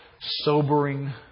sobering